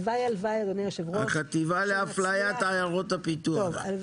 החטיבה להפליית עיירות הפיתוח,